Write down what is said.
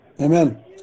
Amen